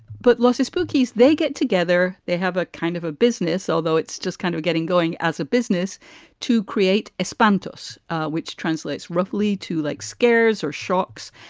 but losses spookies, they get together. they have a kind of a business, although it's just kind of getting going as a business to create a spongers, which translates roughly to like scare's or shocks.